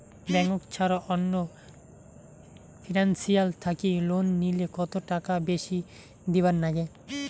Bank ছাড়া অন্য financial থাকি লোন নিলে কতটাকা বেশি দিবার নাগে?